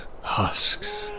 husks